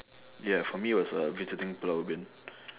ya for me it was uh visiting pulau ubin